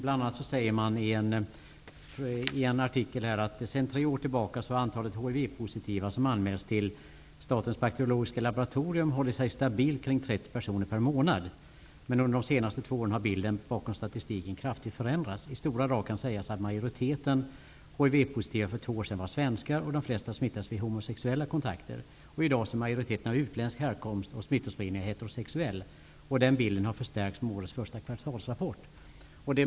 Man säger bl.a.: ''Sedan tre år tillbaka har antalet hiv-positiva som anmälts till statens bakteriologiska laboratorium hållit sig stabilt kring 30 personer per månad. Men under de senaste två åren har bilden bakom statistiken kraftigt förändrats. I stora drag kan sägas att majoriteten av de nyanmälda hivpositiva för två år sedan var svenskar, de flesta smittade via homosexuella kontakter. I dag är majoriteten av utländsk härkomst och smittospridningen är heterosexuell. Den bilden har förstärkts med årets första kvartalsrapport.''